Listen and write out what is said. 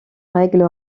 règle